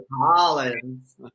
Collins